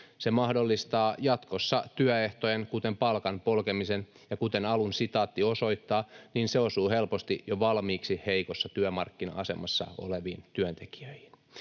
Se mahdollistaa jatkossa työehtojen, kuten palkan, polkemisen, ja, kuten alun sitaatti osoittaa, se osuu helposti jo valmiiksi heikossa työmarkkina-asemassa oleviin työntekijöihin.